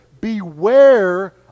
Beware